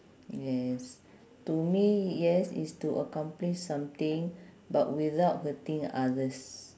yes to me yes is to accomplish something but without hurting others